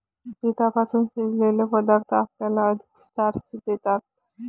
पिठापासून शिजवलेले पदार्थ आपल्याला अधिक स्टार्च देतात